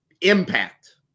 impact